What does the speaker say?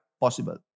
possible